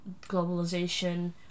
globalization